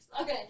Okay